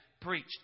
preached